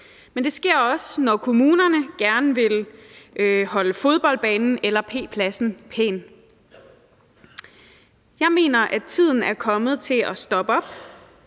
Men det bruges også, når kommunerne gerne vil holde fodboldbanen eller p-pladsen pæn. Jeg mener, at tiden er kommet til at stoppe op.